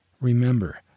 Remember